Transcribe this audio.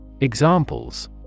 Examples